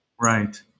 Right